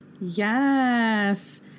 yes